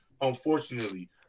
unfortunately